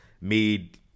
made